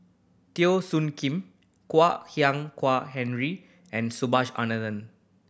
Teo Soon Kim Kwak Hian kuah Henry and Subhas Anandan